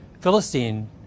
Philistine